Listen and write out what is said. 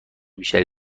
بیشتری